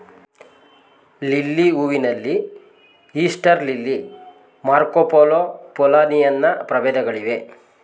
lily ಹೂವಿನಲ್ಲಿ Easter lily, Marco Polo, Pollyanna ಪ್ರಭೇದಗಳಿವೆ